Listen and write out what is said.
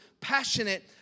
passionate